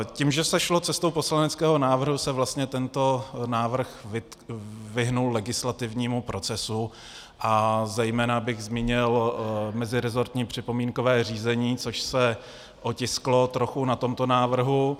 Tím, že se šlo cestou poslaneckého návrhu, se vlastně tento návrh vyhnul legislativnímu procesu a zejména bych zmínil meziresortní připomínkové řízení, což se otisklo trochu na tomto návrhu.